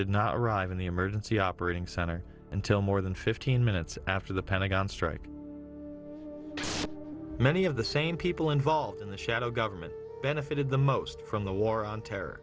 did not arrive in the emergency operating center until more than fifteen minutes after the pentagon strike many of the same people involved in the shadow government benefited the most from the war on terror